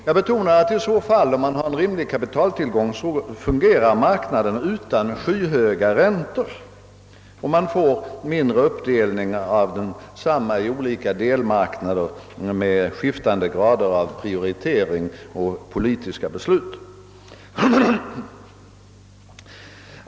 Jag vill betona att om man har en rimlig kapitaltillgång kan marknaden fungera utan förekomsten av skyhöga räntor. Man får också mindre uppdelning av densamma i olika delmarknader med skiftande grader av prioritering och politiska beslut.